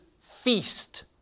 feast